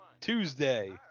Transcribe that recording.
Tuesday